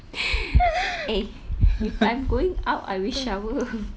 eh if I'm going out I will shower